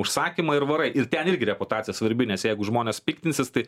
užsakymą ir varai ir ten irgi reputacija svarbi nes jeigu žmonės piktinsis tai